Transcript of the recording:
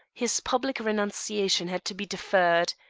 his public renunciation had to be deferred.